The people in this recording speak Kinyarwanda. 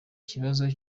ikibazo